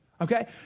Okay